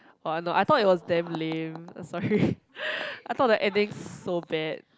oh uh no I thought it was damn lame sorry I thought the ending so bad